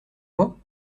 moi